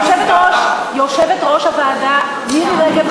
יושבת-ראש הוועדה מירי רגב,